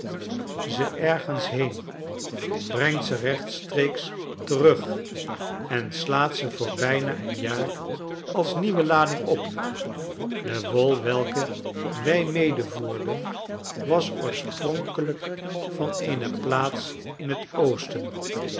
ze ergens heen brengt ze rechtstreeks terug en slaat ze voor bijna een jaar als nieuwe lading op de wol welke wij medevoerden was oorspronkelijk van eene plaats in het oosten